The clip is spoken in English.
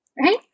right